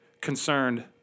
concerned